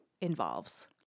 involves